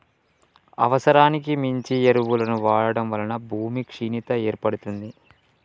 అవసరానికి మించి ఎరువులను వాడటం వలన భూమి క్షీణత ఏర్పడుతుంది